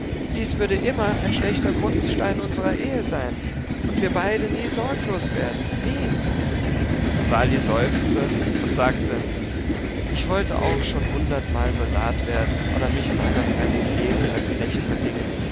dies würde immer ein schlechter grundstein unserer ehe sein und wir beide nie sorglos werden nie sali seufzte und sagte ich wollte auch schon hundertmal soldat werden oder mich in einer fremden gegend als knecht verdingen